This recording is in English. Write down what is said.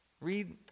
read